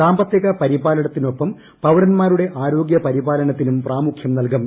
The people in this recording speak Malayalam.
സാമ്പത്തിക പരിപാലനത്തിനൊപ്പം പൌരന്മാരുടെ ആരോഗൃ പരിപാലനത്തിനും പ്രാമുഖ്യം നൽകും